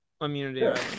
Immunity